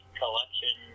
collection